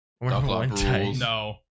No